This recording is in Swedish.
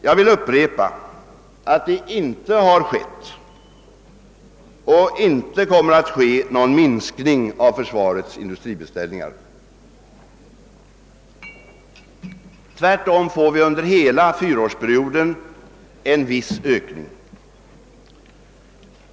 Jag vill upprepa att det inte har skett och inte kommer att ske någon minskning av försvarets industribeställningar. Tvärtom får vi under hela fyraårsperioden en viss ökning.